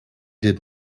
did